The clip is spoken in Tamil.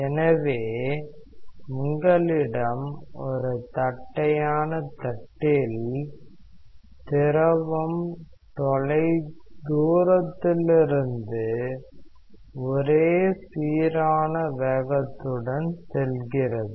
எனவே உங்களிடம் ஒரு தட்டையான தட்டில் திரவம் தொலைதூரத்திலிருந்து ஒரே சீரான வேகத்துடன் செல்கிறது